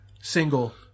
single